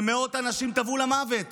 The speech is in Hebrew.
ומאות אנשים טבעו למוות